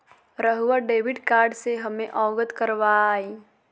रहुआ debit card से हमें अवगत करवाआई?